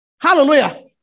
Hallelujah